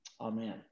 Amen